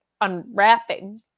unwrapping